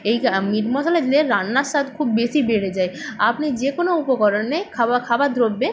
এই কা মিট মশলা দিলে রান্নার স্বাদ খুব বেশি বেড়ে যায় আপনি যে কোনো উপকরণে খাবা খাবার দ্রব্যে